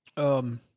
um,